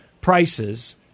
prices